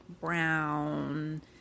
brown